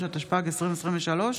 התשפ"ג 2023,